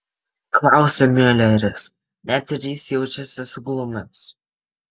klausia miuleris net ir jis jaučiasi suglumęs